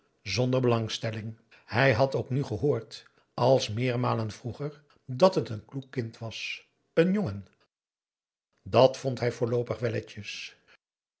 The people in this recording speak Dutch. zonder belangstelling hij had ook nu gehoord als meermalen vroeger dat het een kloek kind was een jongen dàt vond hij voorloopig welletjes